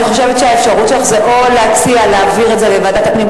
אני חושבת שהאפשרות שלך היא או להציע להעביר את זה לוועדת הפנים,